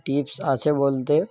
tips আছে বলতে